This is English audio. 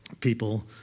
people